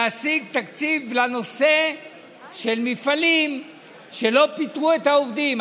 להשיג תקציב לנושא של מפעלים שלא פיטרו את העובדים.